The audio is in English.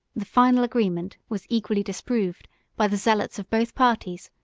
the final agreement was equally disapproved by the zealots of both parties,